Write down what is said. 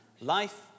life